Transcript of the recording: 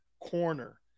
corner